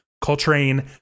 Coltrane